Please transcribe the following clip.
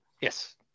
yes